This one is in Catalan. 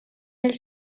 els